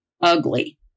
ugly